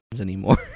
anymore